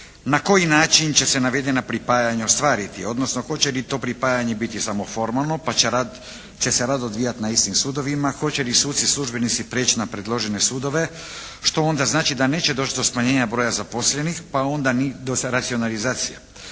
na koji način će se navedena pripajanja ostvariti, odnosno hoće li to pripajanje biti samo formalno pa će rad, će se rad odvijati na istim sudovima, hoće li suci i službenici preći na predložene sudove, što onda znači da neće doći do smanjena broja zaposlenih pa onda ni do racionalizacije,